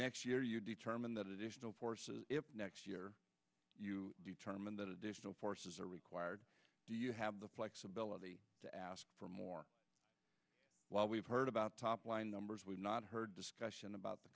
next year you determine that additional forces next year you determine that additional forces are required do you have the flexibility to ask for more while we've heard about top line numbers we've not heard discussion about the